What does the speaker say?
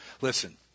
Listen